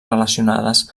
relacionades